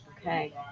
Okay